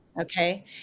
Okay